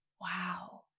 wow